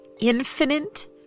infinite